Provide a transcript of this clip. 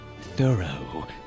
thorough